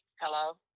Hello